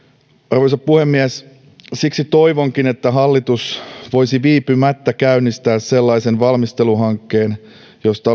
arvoisa puhemies siksi toivonkin että hallitus voisi viipymättä käynnistää sellaisen valmisteluhankkeen josta